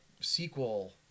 sequel